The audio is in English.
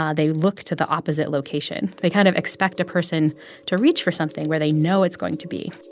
ah they look to the opposite location. they kind of expect a person to reach for something where they know it's going to be